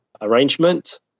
arrangement